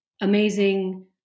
amazing